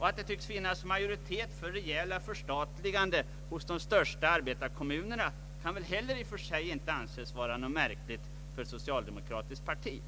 Att det tycks finnas majoritet för rejäla förstatliganden hos de största arbetarkommunerna, kan väl inte heller anses märkligt för ett socialdemokratiskt parti.